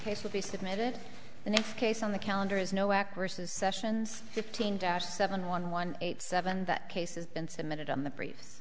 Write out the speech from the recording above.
case will be submitted and its case on the calendar is no actresses sessions fifteen dash seven one one eight seven that case has been submitted on the br